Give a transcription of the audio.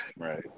Right